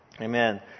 Amen